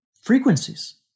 frequencies